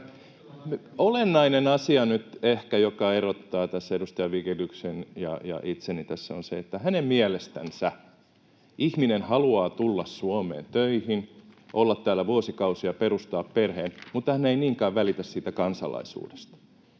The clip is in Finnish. olennainen asia, joka erottaa tässä edustaja Vigeliuksen ja itseni, on se, että hänen mielestänsä ihminen haluaa tulla Suomeen töihin, olla täällä vuosikausia ja perustaa perheen mutta ei niinkään välitä siitä kansalaisuudesta,